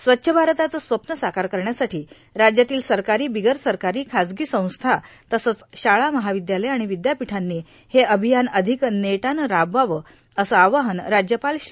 स्वच्छ भारताचं स्वप्न साकार करण्यासाठी राज्यातील सरकारी बिगर सरकारी खाजगी संस्था तसंच शाळा महाविद्यालयं आणि विद्यापीठांनी हे अभियान अधिक नेटानं राबवावं असं आवाहन राज्यपाल श्री